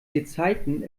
gezeiten